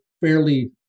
fairly